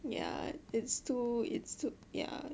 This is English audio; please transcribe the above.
yeah it's too it's too yeah